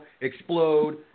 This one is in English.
explode